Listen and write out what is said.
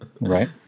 Right